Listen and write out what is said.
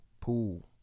pool